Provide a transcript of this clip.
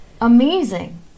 amazing